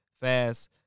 fast